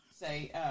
say